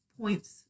points